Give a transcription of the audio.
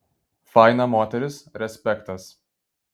faina moteris respektas